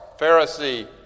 Pharisee